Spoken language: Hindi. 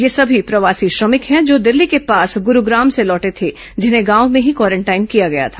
ये सभी प्रवासी श्रमिक हैं जो दिल्ली के पास गुरूग्राम से लौटे थे जिन्हें गांव में ही क्वारेंटाइन किया गया था